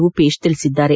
ರೂಪೇಶ್ ತಿಳಿಸಿದ್ದಾರೆ